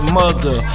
mother